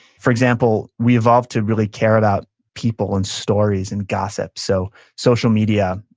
for example, we evolved to really care about people, and stories, and gossip, so social media,